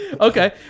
Okay